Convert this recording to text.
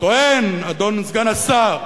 טוען אדון סגן השר,